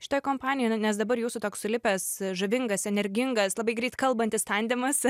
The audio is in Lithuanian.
šitoj kompanijoj nes dabar jūsų toks sulipęs žavingas energingas labai greit kalbantis tandemas